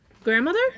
Grandmother